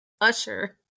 Usher